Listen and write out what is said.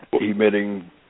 emitting